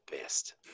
best